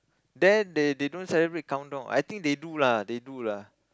there they they don't celebrate countdown I think they do lah they do lah